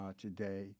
today